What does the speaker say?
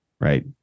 right